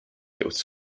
builds